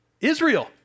Israel